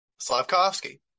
Slavkovsky